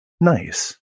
Nice